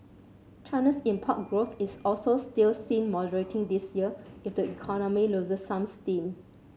China's import growth is also still seen moderating this year if the economy loses some steam